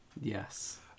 Yes